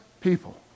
people